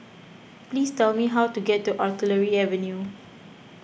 please tell me how to get to Artillery Avenue